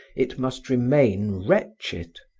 it must remain wretched,